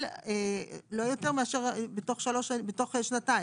אבל לא יותר מאשר בתוך שנתיים.